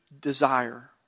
desire